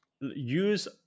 use